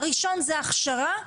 הראשון זה ההכשרה,